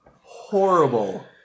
Horrible